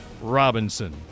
Robinson